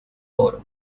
oro